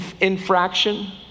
infraction